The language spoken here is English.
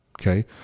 Okay